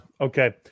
okay